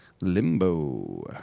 Limbo